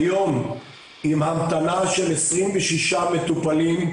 היום עם המתנה של 26 מטופלים,